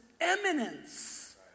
eminence